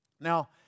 Now